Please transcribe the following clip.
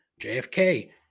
JFK